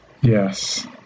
Yes